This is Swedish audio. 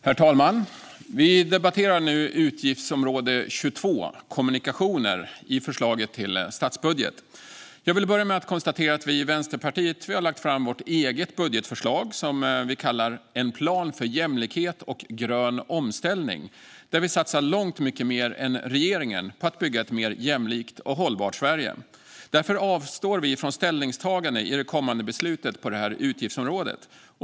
Herr talman! Vi debatterar nu utgiftsområde 22 Kommunikationer i förslaget till statsbudget. Vänsterpartiet har lagt fram sitt eget budgetförslag, En plan för jämlikhet och grön omställning , där vi satsar långt mer än regeringen på att bygga ett mer jämlikt och hållbart Sverige. Därför avstår vi från ställningstagande i det kommande beslutet i detta utgiftsområde.